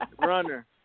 Runner